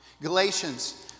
Galatians